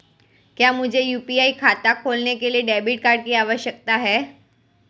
क्या मुझे यू.पी.आई खाता खोलने के लिए डेबिट कार्ड की आवश्यकता है?